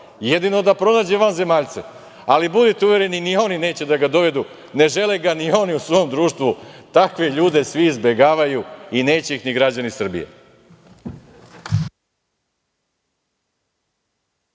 Jedino da pronađe vanzemaljce. Ali, budite uvereni, ni oni neće da ga dovedu, ne žele ga ni oni u svom društvu, takve ljude svi izbegavaju i neće ih ni građani Srbije.